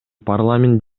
парламент